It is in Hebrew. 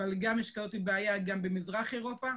אבל גם יש כזאת בעיה במזרח אירופה.